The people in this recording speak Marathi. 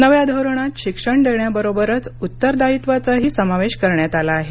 नव्या धोरणात शिक्षण देण्याबरोबरच उत्तरदायित्वाचाही समावेश करण्यात आला आहे